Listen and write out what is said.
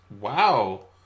Wow